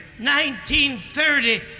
1930